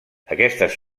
aquestes